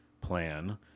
plan